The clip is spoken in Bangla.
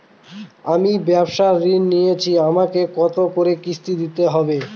আমি ব্যবসার ঋণ নিয়েছি আমাকে কত করে কিস্তি দিতে হবে?